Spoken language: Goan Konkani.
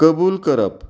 कबूल करप